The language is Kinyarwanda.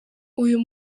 uyu